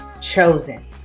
chosen